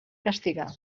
castigar